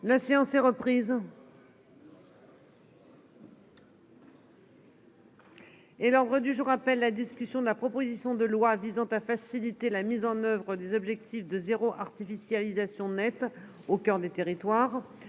La séance est reprise. Et l'ordre du jour appelle la discussion de la proposition de loi visant à faciliter la mise en oeuvre des objectifs de zéro artificialisation nette au coeur des territoires